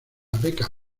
beca